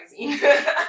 Magazine